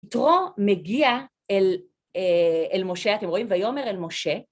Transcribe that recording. יתרו מגיע אל משה, אתם רואים, ויאמר אל משה.